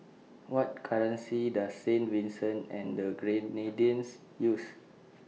What currency Does Saint Vincent and The Grenadines use